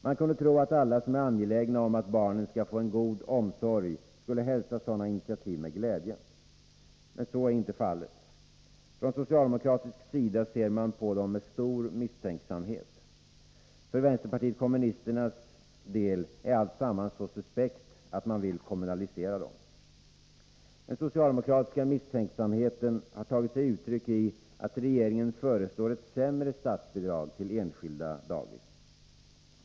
Man kunde tro att alla som är angelägna om att barnen skall få en god omsorg skulle hälsa sådana initiativ med glädje. Men så är inte fallet! Från socialdemokratisk sida ser man på dem med stor misstänksamhet. För vänsterpartiet kommunisterna är alltsammans så suspekt att man vill kommunalisera dem! Den socialdemokratiska misstänksamheten har tagit sig uttryck i att regeringen föreslår ett sämre statsbidrag till enskilda dagis.